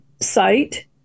site